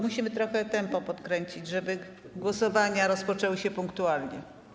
Musimy trochę tempo podkręcić, żeby głosowania rozpoczęły się punktualnie.